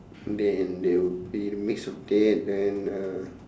then there would be a mix of that and uh